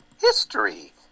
history